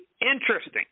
interesting